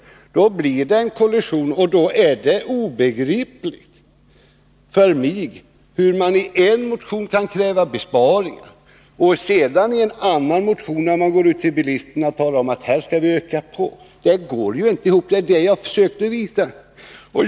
Då blir det en kollision. Det är obegripligt för mig hur man i en motion kan kräva besparingar och sedani en annan motion gå ut till bilisterna och säga att man skall öka på. Det går inte ihop — det är vad jag har försökt visa.